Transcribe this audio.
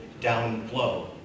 downflow